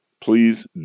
Please